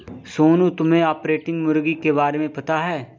सोनू, तुम्हे ऑर्पिंगटन मुर्गी के बारे में पता है?